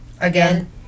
Again